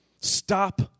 Stop